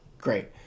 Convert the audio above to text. Great